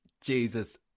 Jesus